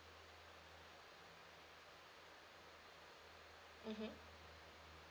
mmhmm